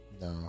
No